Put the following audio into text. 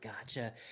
Gotcha